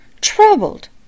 troubled